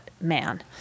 man